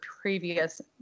previous